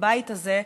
בבית הזה,